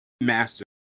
master